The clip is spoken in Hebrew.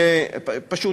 זה פשוט